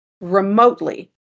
remotely